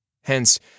Hence